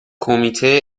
کمیته